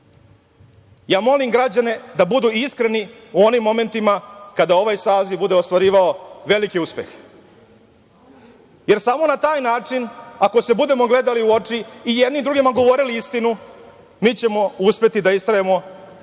Molim građane da budu iskreni u onim momentima kada ovaj saziv bude ostvarivao velike uspehe. Samo na taj način, ako se budemo gledali u oči i jedni drugima govorili istinu, mi ćemo uspeti da istrajemo